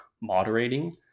moderating